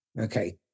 okay